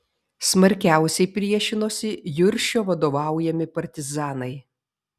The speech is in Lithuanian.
smarkiausiai priešinosi juršio vadovaujami partizanai